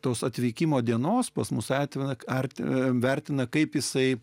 tos atvykimo dienos pas mus atvira kartu vertina kaip jisai